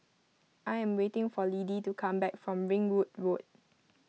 I am waiting for Lidie to come back from Ringwood Road